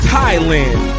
Thailand